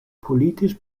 politisch